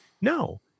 no